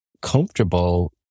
comfortable